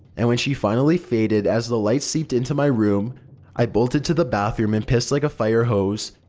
and when she finally faded as the light seeped into my room i bolted to the bathroom and pissed like a fire hose.